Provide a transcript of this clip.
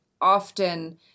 often